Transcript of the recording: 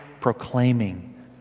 proclaiming